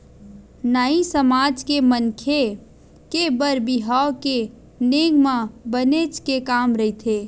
नाई समाज के मनखे के बर बिहाव के नेंग म बनेच के काम रहिथे